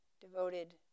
devoted